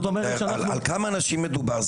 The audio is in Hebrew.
על כמה אנשים מדובר?